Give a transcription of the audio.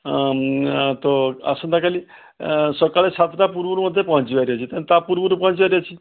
ହଁ ଆ ତ ଆସନ୍ତାକାଲି ସକାଳ ସାତଟା ପୂର୍ବରୁ ମୋତେ ପହଞ୍ଚିବାର ଅଛି ତେଣୁ ତା' ପୂର୍ବରୁ ପହଞ୍ଚିବାର ଅଛି